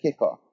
kickoff